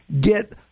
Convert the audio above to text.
get